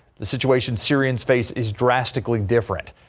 the situation syrian space is drastically different.